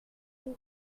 vie